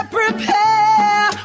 prepare